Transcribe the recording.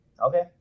Okay